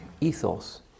ethos